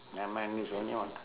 nevermind this only one ti~